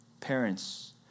Parents